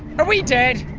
are we dead?